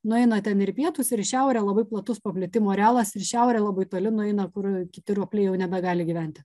nueina ten ir į pietus ir į šiaurę labai platus paplitimo arealas ir į šiaurę labai toli nueina kur kiti ropliai jau nebegali gyventi